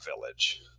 village